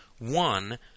One